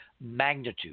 magnitude